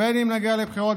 בין שנגיע לבחירות,